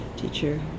teacher